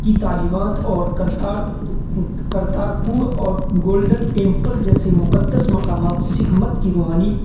کی تعلیمات اور کرتار کرتارپور اور گولڈن ٹیمپل جیسے مقدس مقامات سکھ مت کی روحانی